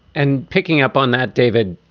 and picking up on that, david,